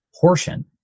portion